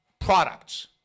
products